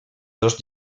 dos